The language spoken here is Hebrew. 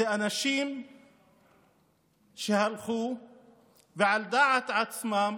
אלה אנשים שהלכו ועל דעת עצמם